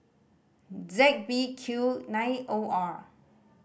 Z B Q nine O R